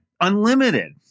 Unlimited